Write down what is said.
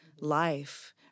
life